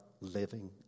living